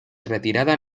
retirada